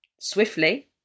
swiftly